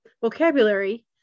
vocabulary